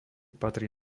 patrí